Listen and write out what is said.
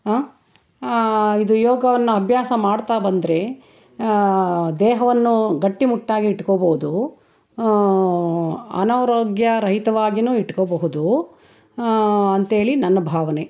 ಇದು ಯೋಗವನ್ನು ಅಭ್ಯಾಸ ಮಾಡ್ತಾ ಬಂದರೆ ದೇಹವನ್ನು ಗಟ್ಟಿಮುಟ್ಟಾಗಿ ಇಟ್ಕೋಬೌದು ಅನಾರೋಗ್ಯರಹಿತವಾಗಿನೂ ಇಟ್ಕೋಬಹುದು ಅಂಥೇಳಿ ನನ್ನ ಭಾವನೆ